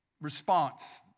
response